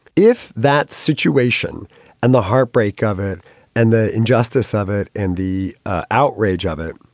if that situation and the heartbreak of it and the injustice of it and the ah outrage of it,